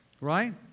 right